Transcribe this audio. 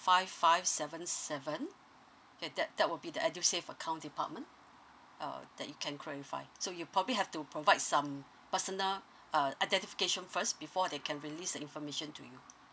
five five seven seven key that that will be the edusave account department uh that you can clarify so you probably have to provide some personal uh identification first before they can release a information to you